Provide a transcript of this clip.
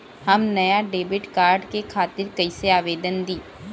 हम नया debit card के खातिर कइसे आवेदन दीं?